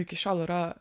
iki šiol yra